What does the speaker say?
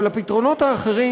אבל הפתרונות האחרים,